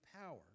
power